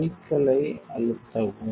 cycle ஐ அழுத்தவும்